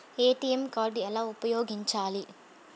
ATM card ఎలా ఉపయోగించాలి?